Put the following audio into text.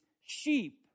sheep